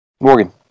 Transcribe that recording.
Morgan